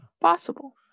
Possible